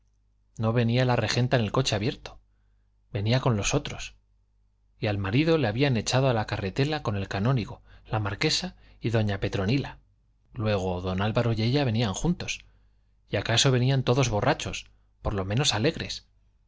no venía la regenta en el coche abierto venía con los otros y al marido le habían echado a la carretela con el canónigo la marquesa y doña petronila luego don álvaro y ella venían juntos y acaso venían todos borrachos por lo menos alegres